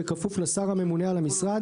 בכפוף לשר הממונה על המשרד,